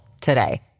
today